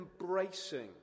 embracing